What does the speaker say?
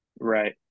right